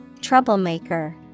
Troublemaker